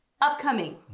Upcoming